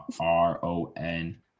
R-O-N